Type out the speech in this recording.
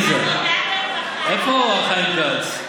איפה חיים כץ?